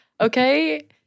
Okay